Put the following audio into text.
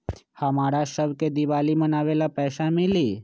हमरा शव के दिवाली मनावेला पैसा मिली?